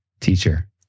Teacher